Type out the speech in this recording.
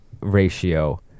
ratio